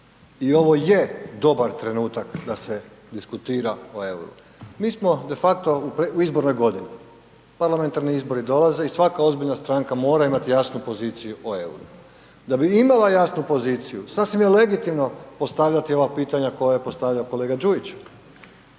I ovo je dobar trenutak da se diskutira o euru. Mi smo de facto u izbornoj godini, parlamentarni izbori dolaze i svaka ozbiljna stranka mora imati jasnu poziciju o euru. Da bi imala jasnu poziciju, sasvim je legitimno postavljati ova pitanja koje je postavio kolega Đujić.